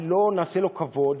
ולא נעשה לו כבוד,